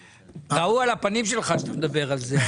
ראו על הפנים שלך שאתה מדבר על זה,